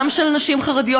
גם של נשים חרדיות,